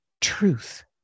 truth